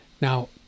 Now